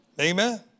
Amen